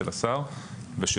של השר ושלי,